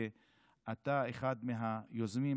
שאתה אחד מהיוזמים,